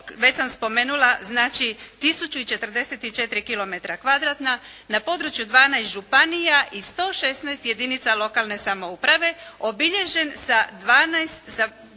već sam spomenula, znači 1044 kilometra kvadratna, na području 12 županija i 116 jedinica lokalne samouprave, obilježen sa 12